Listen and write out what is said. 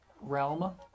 realm